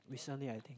recently I think